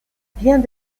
biens